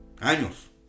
Años